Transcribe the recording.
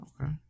Okay